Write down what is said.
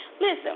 Listen